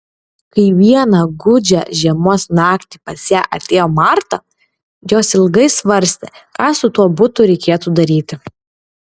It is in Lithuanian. kai vieną gūdžią žiemos naktį pas ją atėjo marta jos ilgai svarstė ką su tuo butu reikėtų daryti